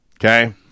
Okay